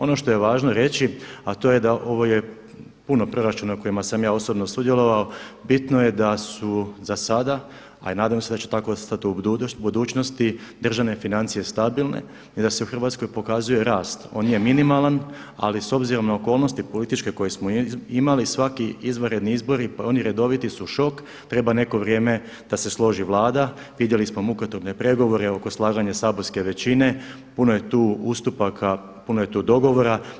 Ono što je važno reći a to je da ovo je puno proračuna o kojima sam ja osobno sudjelovao, bitno je da su za sada a i nadam se da će tako ostati u budućnosti državne financije stabilne i da se u Hrvatskoj pokazuje rast, on je minimalan ali s obzirom na okolnosti političke koje smo imali svaki izvanredni izbori pa oni redoviti su šok, treba neko vrijeme da se složi Vlada, vidjeli smo mukotrpne pregovore oko slaganja saborske većine, puno je tu ustupaka, puno je tu dogovora.